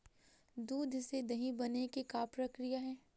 दूध से दही बने के का प्रक्रिया हे?